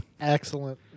excellent